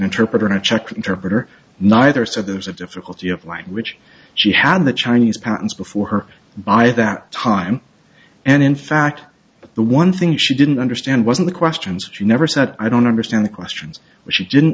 interpreter to check interpreter neither so there was a difficulty of language she had the chinese pounds before her by that time and in fact the one thing she didn't understand wasn't the questions she never said i don't understand the questions which she didn't